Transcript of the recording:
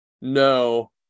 no